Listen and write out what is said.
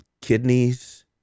kidneys